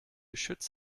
schütz